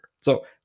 So-